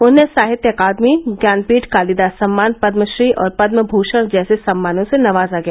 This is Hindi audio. उन्हें साहित्य अकादमी ज्ञानपीठ कालीदास सम्मान पदमश्री और पदमभूषण जैसे सम्मानों से नवाजा गया